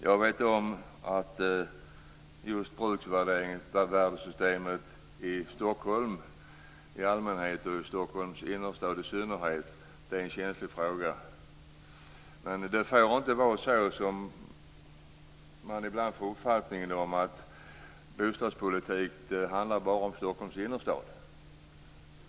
Jag vet att just bruksvärdessystemet i Stockholm i allmänhet och i Stockholms innerstad i synnerhet är en känslig fråga. Men det får inte vara så, som man ibland får en uppfattning om, att bostadspolitik bara handlar om Stockholms innerstad.